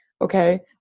okay